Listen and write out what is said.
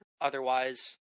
otherwise